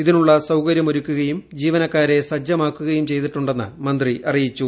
ഇതിനുള്ള സൌകര്യമൊരുക്കുകുയും ജീവനക്കാരെ സജ്ജമാക്കുകയും ചെയ്തിട്ടുണ്ടെന്ന് മന്ത്രി അറിയിച്ചു